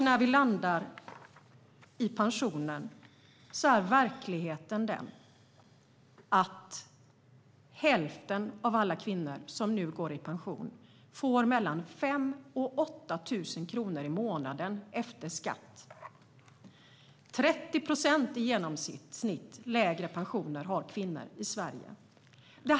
Verkligheten är den att hälften av alla kvinnor som nu går i pension får mellan 5 000 och 8 000 kronor i månaden efter skatt. Kvinnor i Sverige har i genomsnitt 30 procent lägre pensioner.